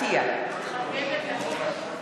(קוראת בשמות חברי הכנסת)